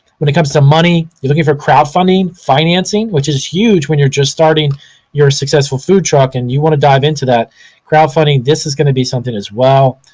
when it comes to money, you're looking for crowdfunding, financing, which is huge when you're just starting your successful food truck and you wanna dive into that crowdfunding. this is gonna be something as well.